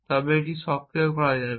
তবে এটি সক্রিয় হয়ে যাবে